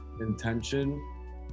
intention